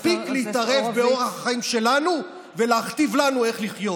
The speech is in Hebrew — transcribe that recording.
מספיק להתערב באורח החיים שלנו ולהכתיב לנו איך לחיות.